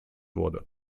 wurde